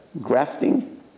Grafting